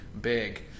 big